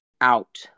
out